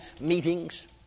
meetings